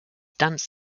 dance